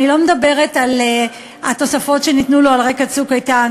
אני לא מדברת על התוספות שניתנו לו על רקע "צוק איתן",